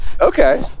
Okay